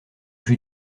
jus